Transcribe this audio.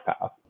path